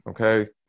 okay